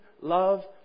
love